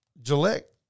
Gillette